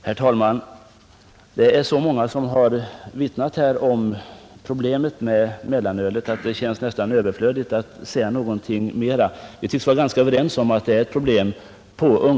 Herr talman!